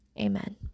amen